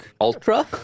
Ultra